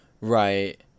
Right